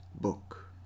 book